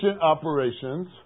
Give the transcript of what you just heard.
operations